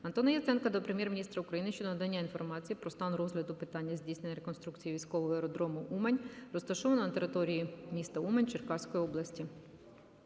Антона Яценка до Прем'єр-міністра України щодо надання інформації про стан розгляду питання здійснення реконструкції військового аеродрому "Умань", розташованого на території міста Умань Черкаської області.